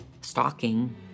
stalking